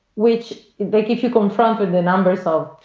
which they keep people in front but and numbers of.